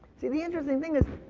see, the interesting thing is,